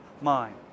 mind